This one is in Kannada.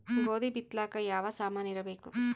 ಗೋಧಿ ಬಿತ್ತಲಾಕ ಯಾವ ಸಾಮಾನಿರಬೇಕು?